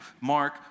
Mark